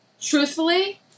truthfully